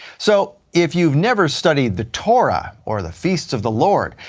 so if you've never studied the torah, or the feasts of the lord,